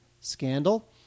scandal